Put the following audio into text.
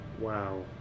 Wow